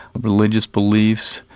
religious beliefs,